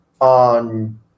on